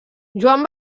joan